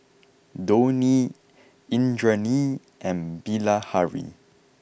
Dhoni Indranee and Bilahari